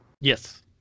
Yes